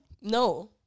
No